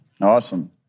Awesome